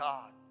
God